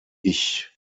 ich